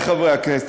הכנסת,